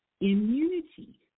immunity